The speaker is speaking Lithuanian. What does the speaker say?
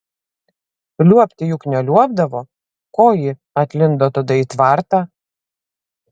liuobti juk neliuobdavo ko ji atlindo tada į tvartą